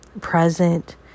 present